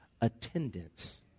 attendance